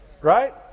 right